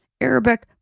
Arabic